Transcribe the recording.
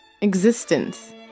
Existence